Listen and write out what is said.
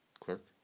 clerk